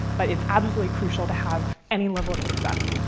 but it's absolutely crucial to have any level of success.